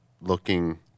looking